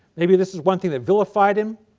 maybe this is one thing that vilified him,